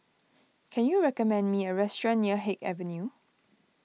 can you recommend me a restaurant near Haig Avenue